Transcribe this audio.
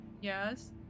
Yes